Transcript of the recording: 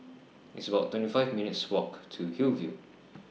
It's about twenty five minutes' Walk to Hillview